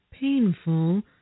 painful